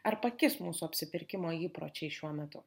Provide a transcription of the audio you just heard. ar pakis mūsų apsipirkimo įpročiai šiuo metu